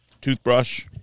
Toothbrush